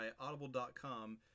Audible.com